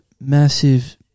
massive